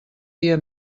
dia